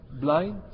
blind